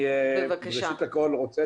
אני בראשית הכול רוצה